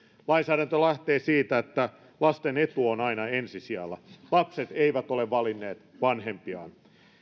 lainsäädäntö lähtee siitä että lasten etu on aina ensi sijalla lapset eivät ole valinneet vanhempiaan